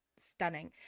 stunning